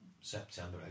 September